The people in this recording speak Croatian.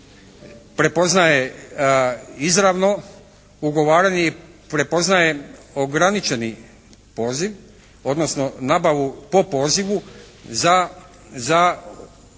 prepoznaje izravno ugovaranje, prepoznavanje ograničeni poziv odnosno nabavu po pozivu za određeni